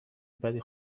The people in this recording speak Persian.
بدی